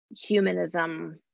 humanism